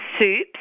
soups